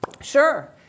Sure